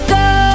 go